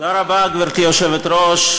גברתי היושבת-ראש,